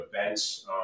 events